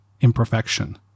imperfection